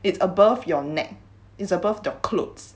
it above your neck it's above your clothes